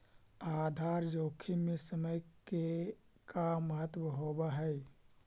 आधार जोखिम में समय के का महत्व होवऽ हई?